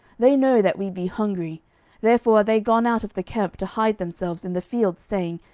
they know that we be hungry therefore are they gone out of the camp to hide themselves in the field, saying,